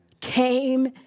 came